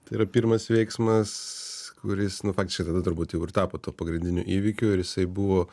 tai yra pirmas veiksmas kuris nu faktiškai tada turbūt jau ir tapo tuo pagrindiniu įvykiu ir jisai buvo